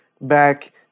back